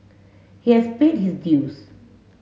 he has paid his dues